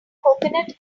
coconut